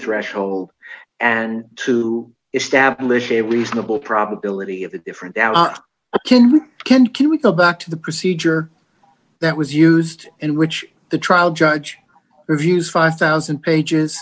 threshold and to establish a reasonable probability of a different a can we can can we go back to the procedure that was used in which the trial judge reviews five thousand pages